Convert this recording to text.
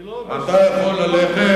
אני לא עובד, אתה יכול ללכת.